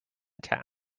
town